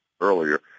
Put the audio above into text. earlier